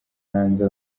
hanze